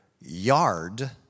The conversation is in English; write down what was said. yard